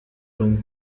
rumwe